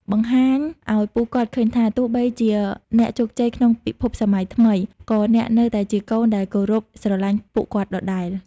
បង្ហាញឱ្យពួកគាត់ឃើញថា ទោះបីជាអ្នកជោគជ័យក្នុងពិភពសម័យថ្មី ក៏អ្នកនៅតែជាកូនដែលគោរពស្រឡាញ់ពួកគាត់ដដែល។